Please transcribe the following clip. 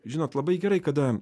žinot labai gerai kada